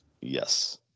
Yes